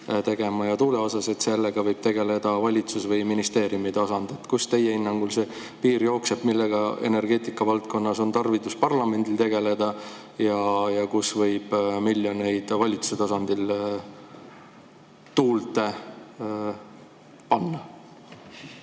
tegema, ja tuule puhul võib sellega tegeleda valitsuse või ministeeriumi tasandil? Kus teie hinnangul see piir jookseb, millega energeetikavaldkonnas on tarvidus parlamendil tegeleda, ja kus võib miljoneid valitsuse tasandil tuulde panna?